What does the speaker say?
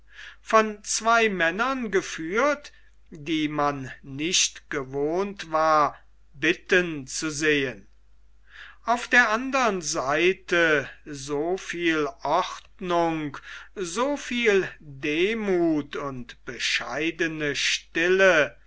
von zwei männern geführt die man nicht gewohnt war bitten zu sehen auf der andern seite so viel ordnung so viel demuth und bescheidene stille